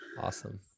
awesome